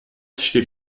steht